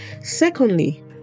Secondly